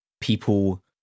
people